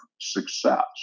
success